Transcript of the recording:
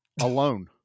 alone